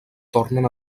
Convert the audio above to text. tornen